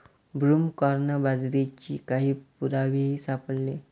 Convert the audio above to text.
broomcorn बाजरीचे काही पुरावेही सापडले